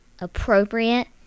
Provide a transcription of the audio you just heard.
appropriate